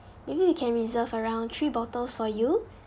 maybe we can reserve around three bottles for you